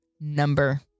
number